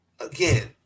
again